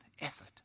effort